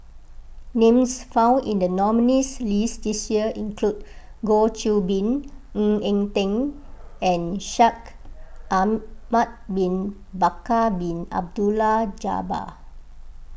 names found in the nominees' list this year include Goh Qiu Bin Ng Eng Teng and Shaikh Ahmad Bin Bakar Bin Abdullah Jabbar